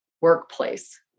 workplace